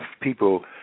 people